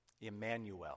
Emmanuel